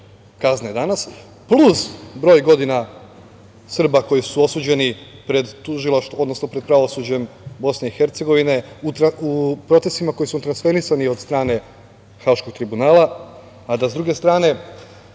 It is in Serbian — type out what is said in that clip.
kazne danas, plus broj godina Srba koji su osuđeni pred pravosuđem BiH u procesima koji su transferisani od strane Haškog tribunala, a da s druge strane